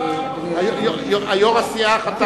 אדוני היושב-ראש.